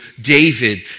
David